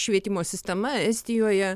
švietimo sistema estijoje